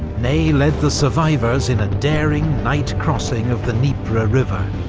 ney led the survivors in a daring, night-crossing of the dnieper river,